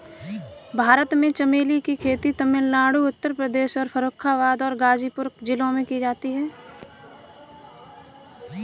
भारत में चमेली की खेती तमिलनाडु उत्तर प्रदेश के फर्रुखाबाद और गाजीपुर जिलों में की जाती है